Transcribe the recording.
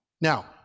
Now